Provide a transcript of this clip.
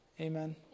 Amen